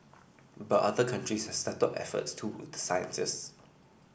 but other countries has stepped up efforts to woo the scientists